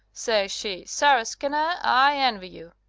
says she, sarah skinner, i envy you.